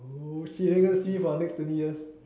oh shit then you gonna see me for the next twenty years